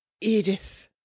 Edith